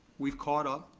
we've caught up,